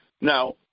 Now